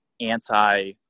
anti